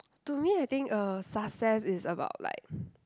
to me I think uh success is about like